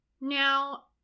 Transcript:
Now